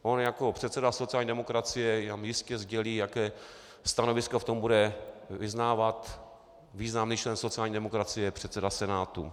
On jako předseda sociální demokracie nám jistě sdělí, jaké stanovisko v tom bude vyznávat významný člen sociální demokracie, předseda Senátu.